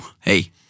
Hey